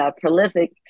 prolific